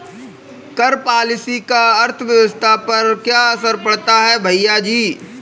कर पॉलिसी का अर्थव्यवस्था पर क्या असर पड़ता है, भैयाजी?